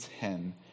ten